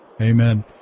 Amen